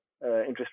interest